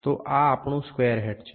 તો આ આપણું સ્ક્વેર હેડ છે